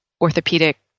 orthopedic